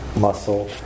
muscle